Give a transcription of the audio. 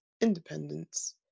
independence